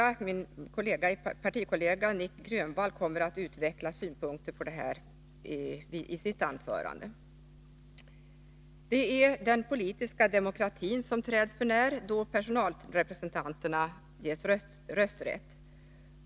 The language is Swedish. Min partikollega, Nic Grönvall, kommer att utveckla sina synpunkter på detta i sitt anförande. Det är den politiska demokratin som träds för när, om personalrepresentanterna har rösträtt.